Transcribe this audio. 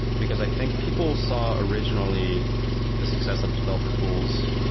because i think people saw originally the success of developer tools,